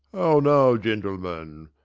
now, gentleman!